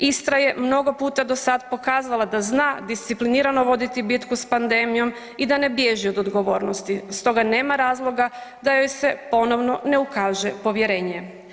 Istra je mnogo puta do sad pokazala da zna disciplinirano voditi bitku s pandemijom i da ne bježi od odgovornosti stoga nema razloga a joj se ponovno ne ukaže povjerenje.